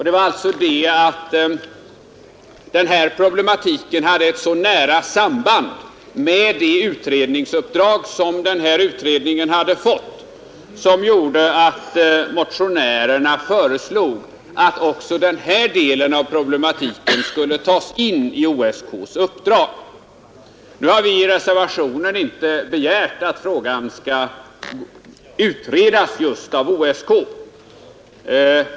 Det var det förhållandet att den här problematiken hade ett så nära samband med det utredningsuppdrag som denna utredning hade fått som gjorde att motionärerna föreslog att också denna del'av problematiken skulle tas in i OSK:s uppdrag. Nu har vi i reservationen inte begärt att frågan skall utredas just av OSK.